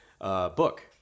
book